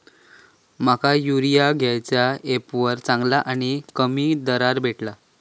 माका युरिया खयच्या ऍपवर चांगला आणि कमी दरात भेटात?